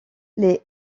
les